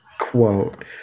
quote